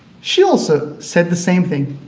she also said the same thing